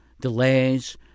delays